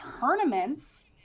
tournaments